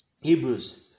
Hebrews